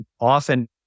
often